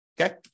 okay